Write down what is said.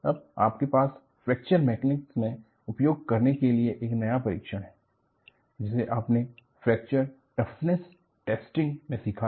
अब आपके पास फ्रैक्चर मैकेनिक्स में उपयोग करने के लिए एक नया परीक्षण है जिसे आपने फ्रैक्चर टफनेस टेस्टिंग में सीखा था